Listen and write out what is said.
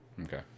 okay